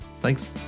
Thanks